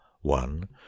one